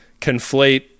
conflate